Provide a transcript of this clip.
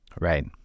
Right